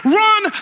run